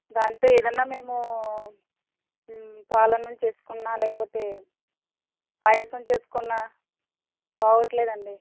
దాంతో ఏదన్నా మేము పాలన్నం చేసుకున్నా లేకపోతే పాయసం చేసుకున్నా బాగుంటంలేదండీ